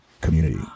community